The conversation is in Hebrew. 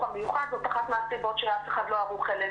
המיוחד זאת אחת מהסיבות שאף אחד לא ערוך אליהם